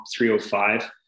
305